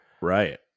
Right